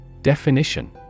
Definition